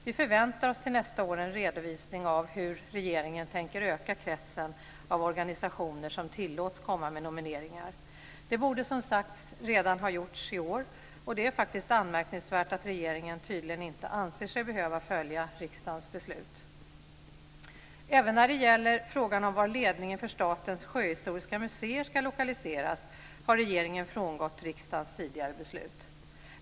Vi förväntar oss till nästa år en redovisning av hur regeringen tänker öka kretsen av organisationer som tilllåts komma med nomineringar. Det borde, som sagt, redan ha gjorts i år, och det är faktiskt anmärkningsvärt att regeringen tydligen inte anser sig behöva följa riksdagens beslut. Även när det gäller frågan om var ledningen för Statens sjöhistoriska museer ska lokaliseras har regeringen frångått riksdagens tidigare beslut.